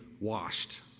washed